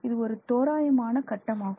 இது ஒரு தோராயமான கட்டம் ஆகும்